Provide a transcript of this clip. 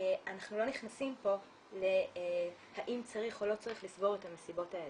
אנחנו לא נכנסים פה להאם צריך או לא צריך לסגור את המסיבות האלה,